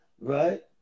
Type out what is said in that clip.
Right